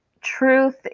truth